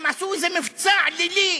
הם עשו איזה מבצע לילי,